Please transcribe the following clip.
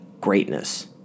greatness